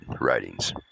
writings